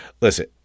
listen